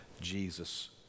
Jesus